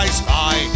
spy